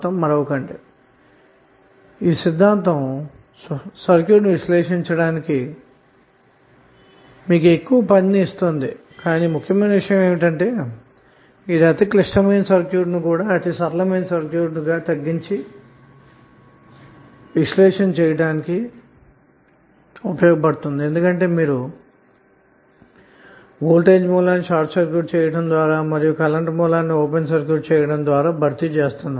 కాబట్టిఈ సిద్ధాంతం సర్క్యూట్ విశ్లేషణ నిమిత్తం ఎక్కువ పని కలిపించినప్పటికీ కూడా ఇది అతి క్లిష్టమైన సర్క్యూట్ను కూడా చాలా సరళమైన సర్క్యూట్ గా మార్చివేస్తుంది ఎందుకంటే మీరు వోల్టేజ్ సోర్స్ ని షార్ట్ సర్క్యూట్ ద్వారా మరియు కరెంటు సోర్స్ ని ఓపెన్ సర్క్యూట్ ద్వారా భర్తీ చేస్తున్నారు